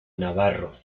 navarro